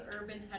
urban